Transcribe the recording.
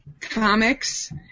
comics